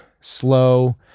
slow